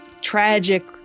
tragic